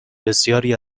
بسیاری